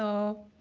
so,